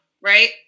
right